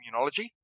immunology